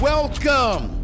Welcome